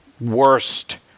worst